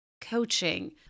coaching